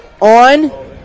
on